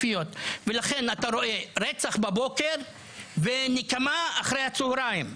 פרצה מלחמה בין הכנופיות ולכן אתה רואה רצח בבוקר ונקמה אחר הצהריים.